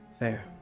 Fair